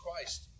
Christ